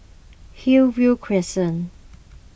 Hillview Crescent